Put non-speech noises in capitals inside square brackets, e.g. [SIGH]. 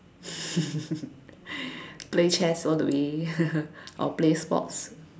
[LAUGHS] play chess all the way [LAUGHS] or play sports